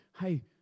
hey